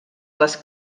les